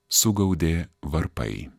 sugaudė varpai